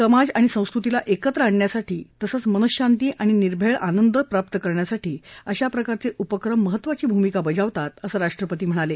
समाज आणि संस्कृतीला एकत्र आणण्यासाठी तसंच मनःशांती आणि निर्भेळ आनंद प्राप्त करण्यासाठी अशाप्रकारचे उपक्रम महत्वाची भूमिका बजावतात असं राष्ट्रपती म्हणाले